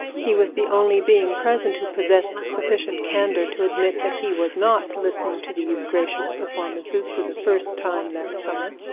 he was the only being present who possessed sufficient candor to admit that he was not listening to these gracious performances for the first time that summer.